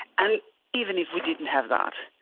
and even if we didn't have that,